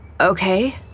Okay